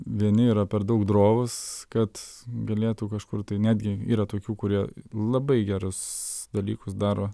vieni yra per daug drovūs kad galėtų kažkur tai netgi yra tokių kurie labai gerus dalykus daro